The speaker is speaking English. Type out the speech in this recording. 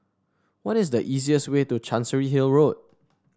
what is the easiest way to Chancery Hill Road